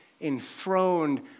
enthroned